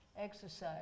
exercise